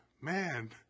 man